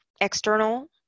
external